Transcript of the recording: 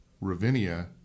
Ravinia